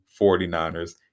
49ers